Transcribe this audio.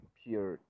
pure